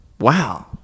wow